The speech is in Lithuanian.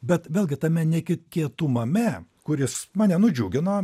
bet vėlgi tame netikėtumame kuris mane nudžiugino